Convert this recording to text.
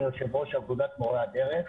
אני יושב-ראש אגודת מורי הדרך.